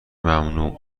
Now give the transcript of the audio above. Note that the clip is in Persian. ممنوع